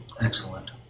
Excellent